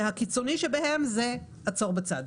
שהקיצוני שבהם הוא: עצור בצד.